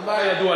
מאה אחוז,